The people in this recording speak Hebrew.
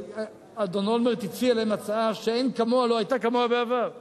אבל אהוד אולמרט הציע להם הצעה שאין כמוה ולא היתה כמוה בעבר,